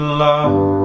love